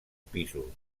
pisos